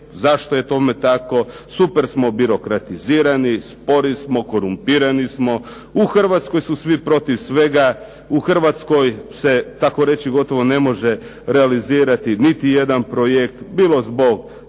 zašto je tome tako, super smo birokratizirani, spori smo, korumpirani smo, u Hrvatskoj su svi protiv svega, u Hrvatskoj se tako reći gotovo ne može realizirati niti jedan projekt, bilo zbog